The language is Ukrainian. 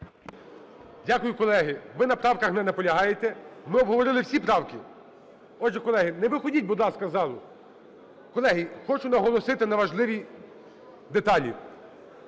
Дякую, колеги. Ви на правках не наполягаєте. Ми обговорили всі правки. Отже, колеги… Не виходьте, будь ласка, із залу! Колеги, хочу наголосити на важливій деталі: